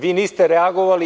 Vi niste reagovali.